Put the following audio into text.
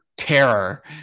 terror